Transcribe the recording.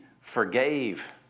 forgave